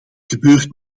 gebeurt